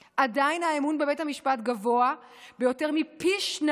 עדיין האמון בבית המשפט גבוה יותר מפי שניים